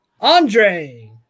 Andre